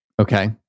Okay